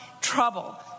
trouble